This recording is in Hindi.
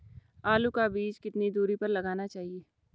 आलू का बीज कितनी दूरी पर लगाना चाहिए?